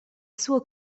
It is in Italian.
suo